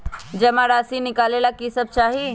जमा राशि नकालेला कि सब चाहि?